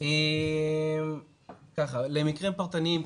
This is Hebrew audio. למקרים פרטניים,